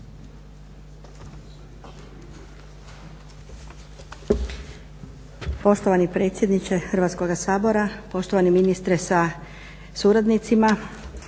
Hrvatskoga sabora,